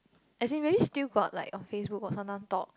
as in maybe still got like on Facebook or sometime talk